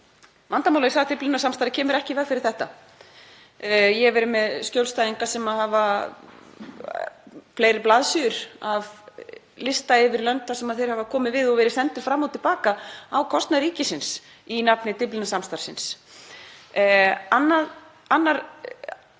Vandamálið er að Dyflinnarsamstarfið kemur ekki í veg fyrir þetta. Ég hef verið með skjólstæðinga sem hafa fleiri blaðsíður af listum yfir lönd þar sem þeir hafa komið við og verið sendir fram og til baka á kostnað ríkisins í nafni Dyflinnarsamstarfsins. Annar